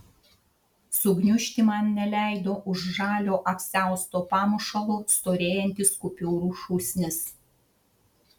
sugniužti man neleido už žalio apsiausto pamušalo storėjantis kupiūrų šūsnis